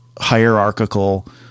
hierarchical